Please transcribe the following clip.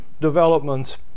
developments